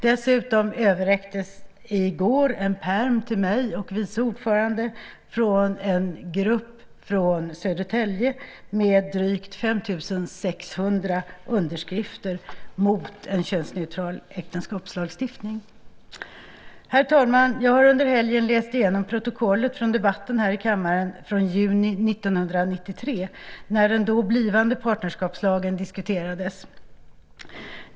Dessutom överräcktes i går en pärm till mig och vice ordföranden från en grupp från Södertälje med drygt 5 600 underskrifter mot en könsneutral äktenskapslagstiftning. Herr talman! Jag har under helgen läst igenom protokollet från debatten här i kammaren från juni 1993 när den då blivande partnerskapslagen diskuterades.